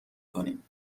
کنیم